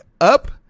up